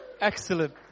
Excellent